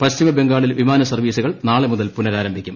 പശ്ചിമ ബംഗാളിൽ വിമാനസർവ്വീസുകൾ നാളെ മുതൽ പുനരാരംഭിക്കും